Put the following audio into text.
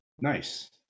Nice